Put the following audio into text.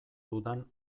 dudan